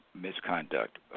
misconduct